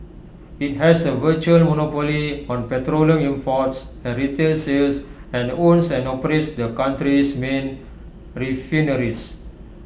IT has A virtual monopoly on petroleum imports and retail sales and owns and operates their country's main refineries